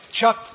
Chuck